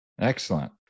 Excellent